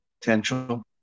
potential